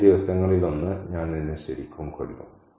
ഈ ദിവസങ്ങളിലൊന്ന് ഞാൻ നിന്നെ ശരിക്കും കൊല്ലും